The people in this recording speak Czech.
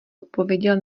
odpověděl